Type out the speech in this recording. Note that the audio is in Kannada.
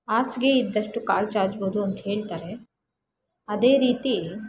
ಹಾಸ್ಗೆ ಇದ್ದಷ್ಟು ಕಾಲು ಚಾಚ್ಬೋದು ಅಂತ ಹೇಳ್ತಾರೆ ಅದೇ ರೀತಿ